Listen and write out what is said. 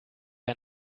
ein